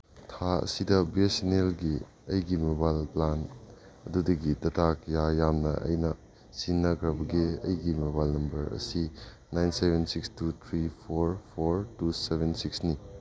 ꯊꯥ ꯑꯁꯤꯗ B S N ꯑꯦꯜꯒꯤ ꯑꯩꯒꯤ ꯃꯣꯕꯥꯏꯜ ꯄ꯭ꯂꯥꯟ ꯑꯗꯨꯗꯒꯤ ꯗꯇꯥ ꯀꯌꯥ ꯌꯥꯝꯅ ꯑꯩꯅ ꯁꯤꯖꯤꯟꯅꯒ꯭ꯔꯕꯒꯦ ꯑꯩꯒꯤ ꯃꯣꯕꯥꯏꯜ ꯅꯝꯕꯔ ꯑꯁꯤ nine seven six two three four four two seven ꯁꯤꯛꯁꯅꯤ